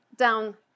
Down